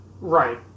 Right